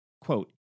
quote